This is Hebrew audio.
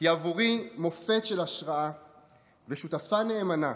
עבורי מופת של השראה ושותפה נאמנה,